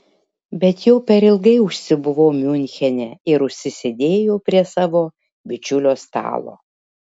bet jau per ilgai užsibuvau miunchene ir užsisėdėjau prie savo bičiulio stalo